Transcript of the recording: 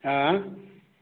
हाँ